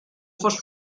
fos